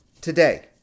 today